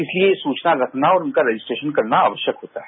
इसलिएये सूचना रखना और उनका रजिस्ट्रेशन करना आवश्यक होता है